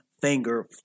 finger